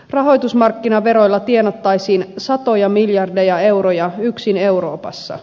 rahoitusmarkkinaveroilla tienattaisiin satoja miljardeja euroja yksin euroopassa